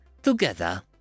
Together